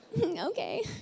Okay